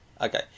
Okay